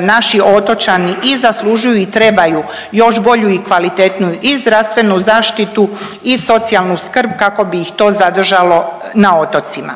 naši otočani i zaslužuju i trebaju još bolju i kvalitetniju i zdravstvenu zaštitu i socijalnu skrb kako bi ih to zadržalo na otocima.